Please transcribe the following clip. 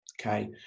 Okay